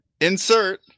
insert